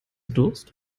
durst